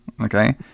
Okay